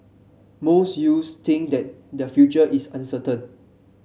most youths think that their future is uncertain